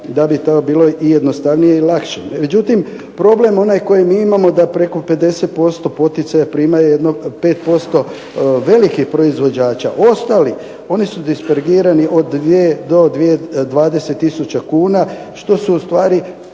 da bi to bilo jednostavnije i lakše. Međutim, problem onaj koji mi imamo da preko 50% poticaja prima jedno 5% velikih proizvođača. Ostali, oni su diskorigirani od 2 do 20 tisuća kuna što su ustvari